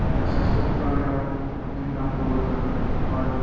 স্বাস্থ্যটোৰ কাৰণে আৰু বহুতখিনি কাম কৰিবলগা হয়